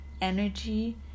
energy